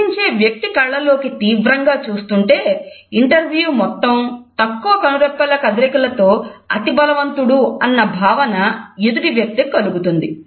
ప్రశ్నించే వ్యక్తి కళ్ళల్లోకి తీవ్రంగా చూస్తుంటే ఇంటర్వ్యూ మొత్తం తక్కువ కనురెప్పల కదలికతో అతి బలవంతుడు అన్న భావన ఎదుటి వ్యక్తి కి కలుగుతుంది